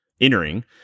entering